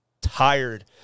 tired